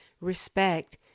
respect